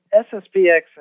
SSPX